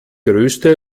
größte